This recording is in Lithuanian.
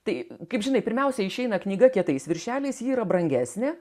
tai kaip žinai pirmiausia išeina knyga kietais viršeliais ji yra brangesnė